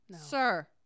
sir